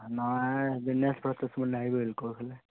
ନାହିଁ ଦିନେଶ ନାହିଁ ବୋଲି କହୁଥିଲି